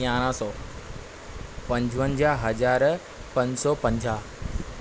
यारहं सौ पंंजवंजाहु हज़ार पंज सौ पंजाहु